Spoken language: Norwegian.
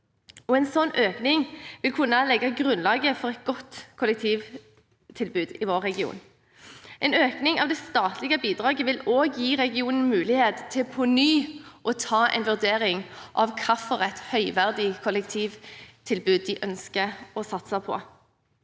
en slik økning vil kunne legge grunnlaget for et godt kollektivtilbud i vår region. En økning av det statlige bidraget vil også gi regionen mulighet til på ny å vurdere hvilket høyverdig kollektivtilbud man ønsker å satse på.